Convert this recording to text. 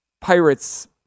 Pirates